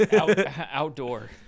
Outdoor